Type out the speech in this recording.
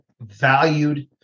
valued